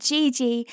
Gigi